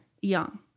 young